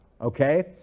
okay